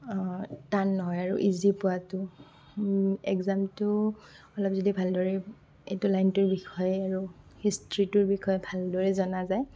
টান নহয় আৰু ইজি পোৱাটো এক্সামটো অলপ যদি ভালদৰে এইটো লাইনটোৰ বিষয়ে আৰু হিষ্ট্ৰীটোৰ বিষয়ে ভালদৰে জনা যায়